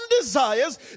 desires